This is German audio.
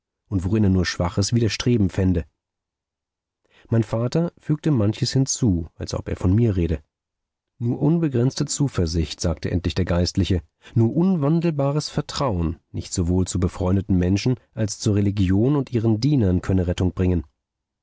und worin er nur schwaches widerstreben fände mein vater fügte manches hinzu als ob er von mir rede nur unbegrenzte zuversicht sagte endlich der geistliche nur unwandelbares vertrauen nicht sowohl zu befreundeten menschen als zur religion und ihren dienern könne rettung bringen